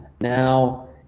Now